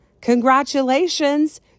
congratulations